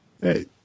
Hey